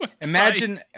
Imagine